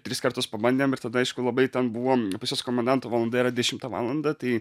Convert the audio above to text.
tris kartus pabandėm ir tada aišku labai ten buvo pas juos komendanto valanda yra dešimtą valandą tai